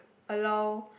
allow